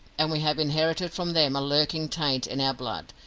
and we have inherited from them a lurking taint in our blood,